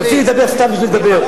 תפסיק לדבר סתם בשביל לדבר.